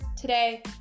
today